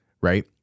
right